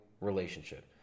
relationship